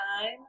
time